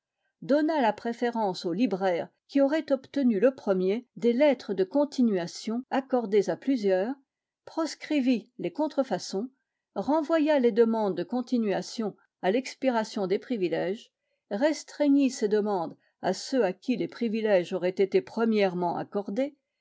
donna la préférence au libraire qui aurait obtenu le premier des lettres de continuation accordées à plusieurs proscrivit les contrefaçons renvoya les demandes de continuations à l'expiration des privilèges restreignit ces demandes à ceux à qui les privilèges auraient été premièrement accordés